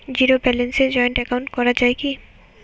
Zero ব্যালেন্সে joint account করা য়ায় কি?